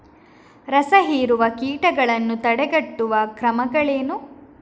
ರಸಹೀರುವ ಕೀಟಗಳನ್ನು ತಡೆಗಟ್ಟುವ ಕ್ರಮಗಳೇನು?